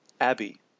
Abby